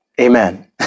Amen